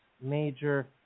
major